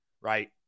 right